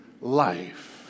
life